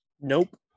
Nope